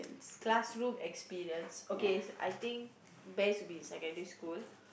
classroom experience okay best be secondary school